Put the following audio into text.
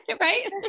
right